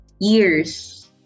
years